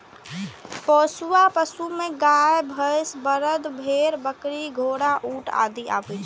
पोसुआ पशु मे गाय, भैंस, बरद, भेड़, बकरी, घोड़ा, ऊंट आदि आबै छै